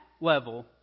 level